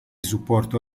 supporto